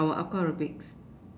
our Aqua aerobics